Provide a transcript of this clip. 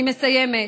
אני מסיימת.